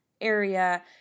area